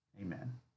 Amen